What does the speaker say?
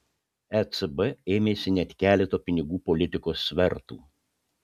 ecb ėmėsi net keleto pinigų politikos svertų